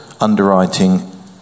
underwriting